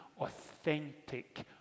authentic